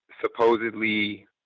supposedly